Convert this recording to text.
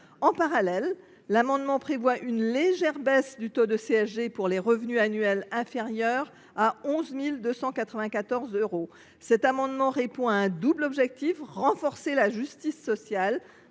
Parallèlement, l’amendement tend à prévoir une légère baisse du taux pour les revenus annuels inférieurs à 11 294 euros. Cette mesure répond à un double objectif : renforcer la justice sociale